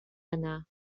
yna